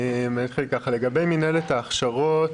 לגבי מינהלת ההכשרות,